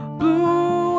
blue